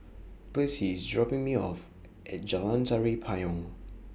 Percy IS dropping Me off At Jalan Tari Payong